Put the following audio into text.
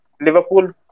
Liverpool